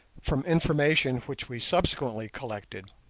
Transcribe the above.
from information which we subsequently collected.